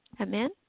Amen